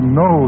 no